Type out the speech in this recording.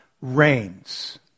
reigns